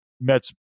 Mets